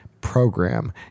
program